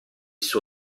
suo